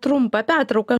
trumpą pertrauką